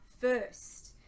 first